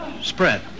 Spread